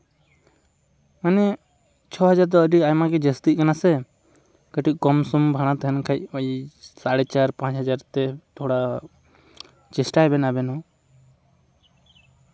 ᱢᱟᱱᱮ ᱪᱷᱚ ᱦᱟᱡᱟᱨ ᱫᱚ ᱟᱹᱰᱤ ᱟᱭᱢᱟᱜᱮ ᱡᱟᱹᱥᱛᱤᱜ ᱠᱟᱱᱟ ᱥᱮ ᱠᱟᱹᱴᱤᱡ ᱠᱚᱢ ᱥᱚᱢ ᱵᱷᱟᱲᱟ ᱛᱟᱦᱮᱱ ᱠᱷᱟᱱ ᱳᱭ ᱥᱟᱲᱮ ᱪᱟᱨ ᱯᱟᱸᱪ ᱦᱟᱡᱟᱨ ᱛᱮ ᱛᱷᱚᱲᱟ ᱪᱮᱥᱴᱟᱭᱵᱮᱱ ᱟᱵᱮᱱ ᱦᱚᱸ